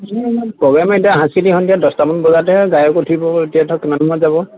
programme এতিয়া সাংস্কৃতিক সন্ধিয়া দহটামান বজাতহে গায়ক উঠিবগৈ এতিয়া ধৰক কিমান সময়ত যাব